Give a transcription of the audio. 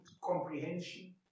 comprehension